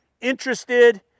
interested